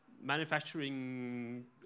Manufacturing